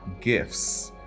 gifts